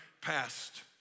past